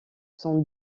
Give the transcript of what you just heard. son